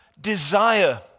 desire